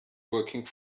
working